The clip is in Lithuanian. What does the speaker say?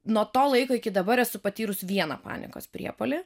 nuo to laiko iki dabar esu patyrus vieną panikos priepuolį